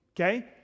Okay